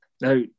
Now